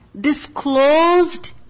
disclosed